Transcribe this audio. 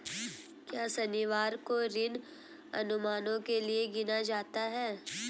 क्या शनिवार को ऋण अनुमानों के लिए गिना जाता है?